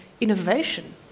innovation